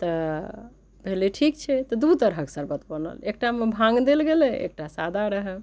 तऽ भेलै ठीक छै तऽ दू तरहक शरबत बनल एकटामे भाङ्ग देल गेलै एकटा सादा रहै